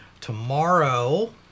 tomorrow